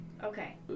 Okay